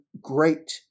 great